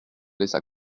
laissa